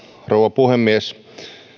rouva puhemies